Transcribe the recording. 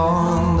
on